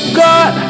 god